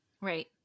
Right